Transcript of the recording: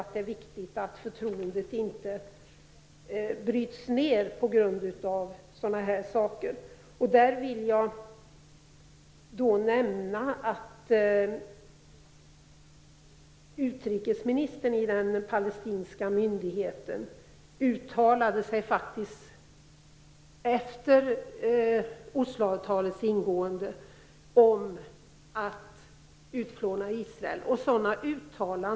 Men det är viktigt att förtroendet inte bryts ned på grund av sådant. Utrikesministern i den palestinska myndigheten uttalade sig, efter det att Osloavtalet ingåtts, om att utplåna Israel.